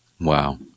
Wow